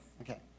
Okay